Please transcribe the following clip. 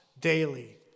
daily